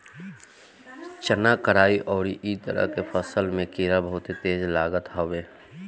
चना, कराई अउरी इ तरह के फसल में कीड़ा बहुते तेज लागत हवे